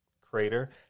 crater